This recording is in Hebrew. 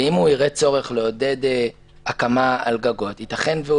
ואם הוא יראה צורך לעודד הקמה על גגות ייתכן שהוא